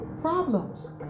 problems